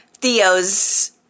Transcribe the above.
Theo's